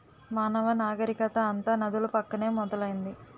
మానవ నాగరికత అంతా నదుల పక్కనే మొదలైంది